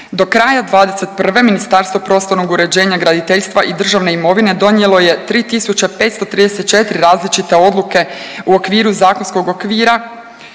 Do kraja '21. Ministarstvo prostornog uređenja graditeljstva i državne imovine donijelo je 3.534 različite odluke u okviru zakonskog okvira,